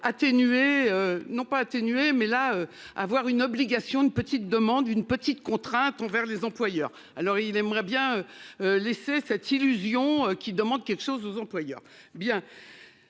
atténuer non pas atténué mais là. Avoir une obligation de petite demande une petite contrainte envers les employeurs alors il aimerait bien. Laisser cette illusion qui demande quelque chose aux employeurs.